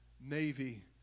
Navy